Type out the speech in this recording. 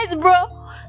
bro